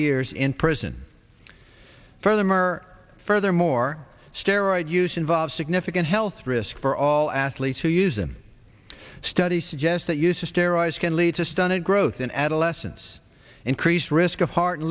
years in prison for them or furthermore steroid use involve significant health risks for all athletes who use them studies suggest that use of steroids can lead to stunted growth in adolescence increased risk of heart